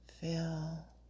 Feel